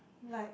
like